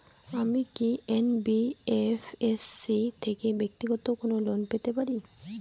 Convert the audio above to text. আমি কি এন.বি.এফ.এস.সি থেকে ব্যাক্তিগত কোনো লোন পেতে পারি?